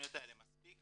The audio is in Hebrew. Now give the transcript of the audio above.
לתכניות האלה מספיק,